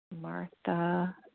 Martha